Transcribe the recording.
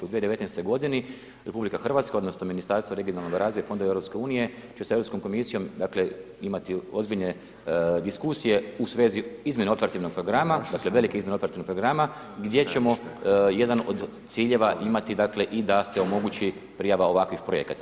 U 2019.g. RH odnosno Ministarstvo regionalnog razvoja i fondova EU će s Europskom komisijom, dakle, imati ozbiljne diskusije u svezi izmjene operativnog programa, dakle, velike izmjene operativnog programa gdje ćemo jedan od ciljeva imati, dakle, i da se omogući prijava ovakvih projekata.